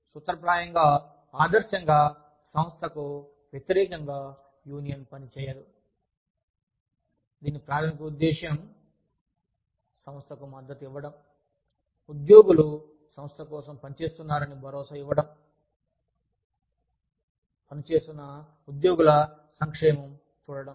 సూత్రప్రాయంగా ఆదర్శంగా సంస్థకు వ్యతిరేకంగా యూనియన్ పనిచేయదు దీని ప్రాధమిక ఉద్దేశ్యం సంస్థకు మద్దతు ఇవ్వడం ఉద్యోగులు సంస్థ కోసం పనిచేస్తున్నారని భరోసా ఇవ్వడం ద్వారా పనిచేస్తున్న ఉద్యోగుల సంక్షేమం చూడడం